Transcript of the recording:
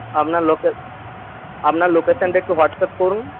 আপনার আপনার লোকেশানটা একটু হোয়াটসঅ্যাপ করুন